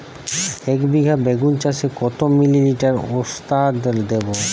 একবিঘা বেগুন চাষে কত মিলি লিটার ওস্তাদ দেবো?